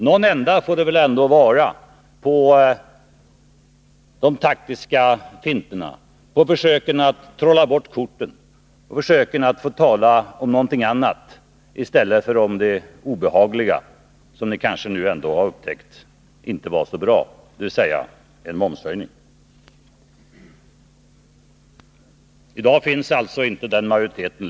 Någon ända får det väl vara på de taktiska finterna, på försöken att trolla bort korten och på försöken att tala om något annat än vad saken egentligen gäller. I dag finns alltså inte längre den majoriteten.